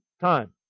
time